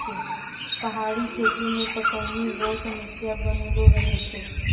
पहाड़ी खेती मे पटौनी रो समस्या बनलो रहै छै